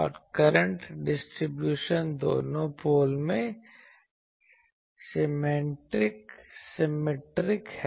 और current distribution दोनों pole में सिमैट्रिक है